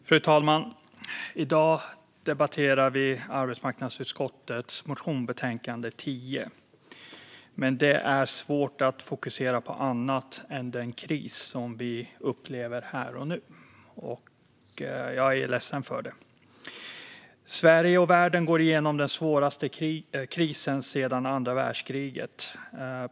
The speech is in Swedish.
Fru talman! I dag debatterar vi arbetsmarknadsutskottets motionsbetänkande 10, men det är svårt att fokusera på annat än den kris som vi upplever här och nu. Jag är ledsen för det. Sverige och världen går igenom den svåraste krisen sedan andra världskriget.